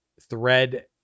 thread